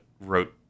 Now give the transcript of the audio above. wrote